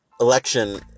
election